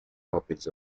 copies